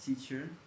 teacher